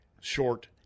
short